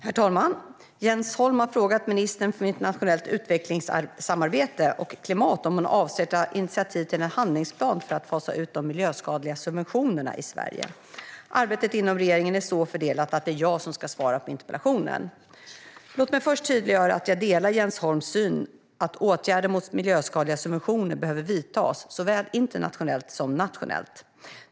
Herr talman! Jens Holm har frågat ministern för internationellt utvecklingssamarbete och klimat om hon avser att ta initiativ till en handlingsplan för att fasa ut de miljöskadliga subventionerna i Sverige. Arbetet inom regeringen är så fördelat att det är jag som ska svara på interpellationen. Låt mig först tydliggöra att jag delar Jens Holms syn att åtgärder mot miljöskadliga subventioner behöver vidtas, såväl internationellt som nationellt.